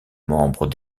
membre